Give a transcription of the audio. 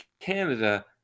Canada